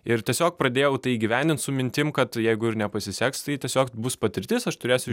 ir tiesiog pradėjau tai įgyvendint su mintim kad jeigu ir nepasiseks tai tiesiog bus patirtis aš turėsiu